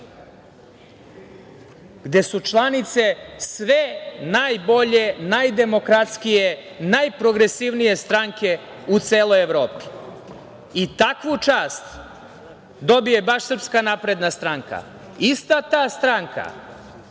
gde su članice sve najbolje, najdemokratskije, najprogresivnije stranke u celoj Evropi i takvu čast dobije baš SNS. Ista ta stranka